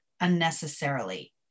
unnecessarily